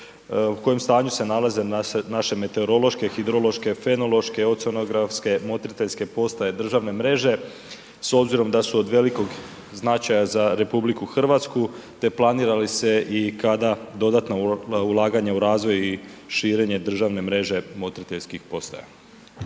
u kojem stanju se nalaze naše meteorološke, hidrološke, fenološke, oceanografske motriteljske postaje državne mreže s obzirom da su od velikog značaja za RH te planira li se i kada dodatna ulaganja u razvoj i širenje državne mreže motriteljskih postaja?